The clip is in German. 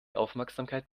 aufmerksamkeit